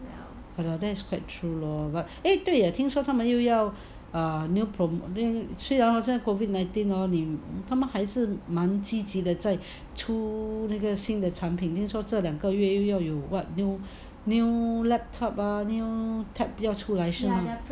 ya lor that's quite true lor but eh 对 ah 听说他们又要虽然现在是 COVID nineteen hor 他们还是蛮积极的在出那个新的产品听说这两个月又要有 what new laptop ah new